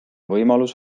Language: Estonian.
võimalus